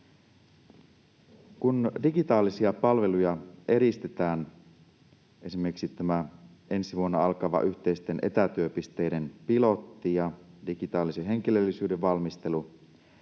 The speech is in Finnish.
Kun digitaalisia palveluja edistetään — esimerkkeinä ensi vuonna alkava yhteisten etätyöpisteiden pilotti ja digitaalisen henkilöllisyyden valmistelu